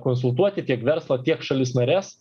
konsultuoti tiek verslą tiek šalis nares